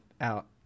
out